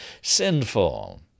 sinful